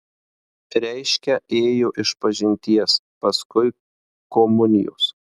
reiškia ėjo išpažinties paskui komunijos